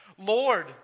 Lord